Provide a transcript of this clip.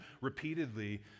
repeatedly